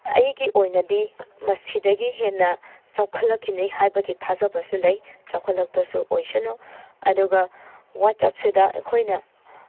ꯑꯩꯒꯤ ꯑꯣꯏꯅꯗꯤ ꯃꯁꯤꯗꯒꯤ ꯍꯦꯟꯅ ꯆꯥꯎꯈꯠꯂꯛꯈꯤꯅꯤ ꯍꯥꯏꯕꯒꯤ ꯊꯥꯖꯕꯁꯨ ꯂꯩ ꯆꯥꯎꯈꯠꯂꯛꯄꯁꯨ ꯑꯣꯏꯁꯅꯨ ꯑꯗꯨꯒ ꯋꯥꯆꯦꯞꯁꯤꯗ ꯑꯩꯈꯣꯏꯅ